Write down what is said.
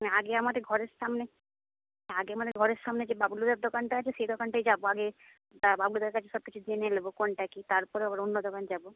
না আগে আমাদের ঘরের সামনে আগে আমাদের ঘরের সামনে যে বাবলুদার দোকানটা আছে সেই দোকানটায় যাব আগে বাবলুদার কাছে সব কিছু জেনে নেব কোনটা কী তারপর আবার অন্য দোকান যাব